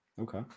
Okay